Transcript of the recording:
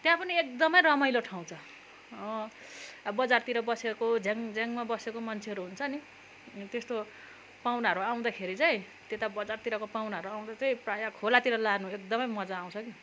त्यहाँ पनि एकदमै रमाइलो ठाउँ छ अब बजारतिर बसेको झ्याङझ्याङमा बसेको मन्छेहरू हुन्छ नि त्यस्तो पाहुनाहरू आउँदाखेरि चाहिँ त्यता बजारतिरको पाहुनाहरू आउँदा चै प्रायः खोलातिर लानु एकदमै मजा आउँछ के